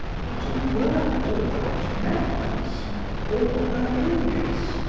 not a word about mercanson or her illness.